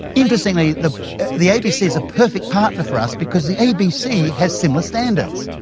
interestingly the the abc is a perfect partner for us because the abc has similar standards.